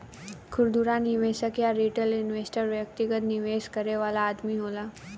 खुदरा निवेशक या रिटेल इन्वेस्टर व्यक्तिगत निवेश करे वाला आदमी होला